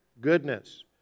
goodness